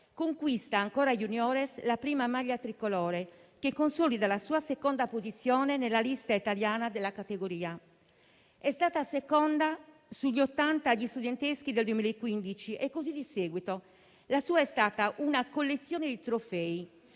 conquista ancora *juniores* la prima maglia tricolore, che consolida la sua seconda posizione nella lista italiana della categoria. È stata seconda sugli 80 agli studenteschi del 2015 e così di seguito. La sua è stata una collezione di trofei: